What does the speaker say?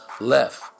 Left